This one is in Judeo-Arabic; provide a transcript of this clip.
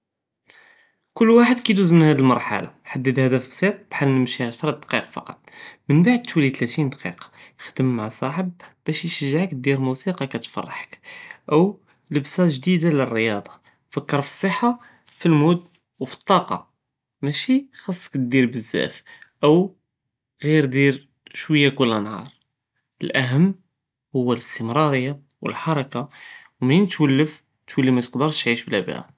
קול ואחד קידוז מן הד שלחה חדד האדף בסיס, כחאל משיה עשרה דקאי רק, ממבאד טולי תלתין דקיקה, חדם מעא סاحب, באש ישג'עכ תדיר מוסיקה כתפרחכ, או לבסה ג'דידה ללריאדה, פכר פי אססחה פי אלמוד ו פי אלטאקה, מאשי חסכ תדיר בזאף, או ג'יר דיר שוייה קול נהאר, אלאהמ הואא אלאסתמרריה ו אלחרקה, מן טולף טולי מתקדרש תעיש בלא ביה.